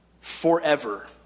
forever